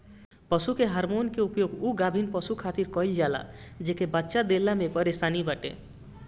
पशु के हार्मोन के प्रयोग उ गाभिन पशु खातिर कईल जाला जेके बच्चा देला में परेशानी बाटे